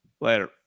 Later